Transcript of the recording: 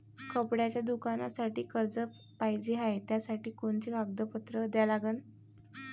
कपड्याच्या दुकानासाठी कर्ज पाहिजे हाय, त्यासाठी कोनचे कागदपत्र द्या लागन?